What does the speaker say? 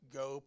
go